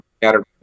scattered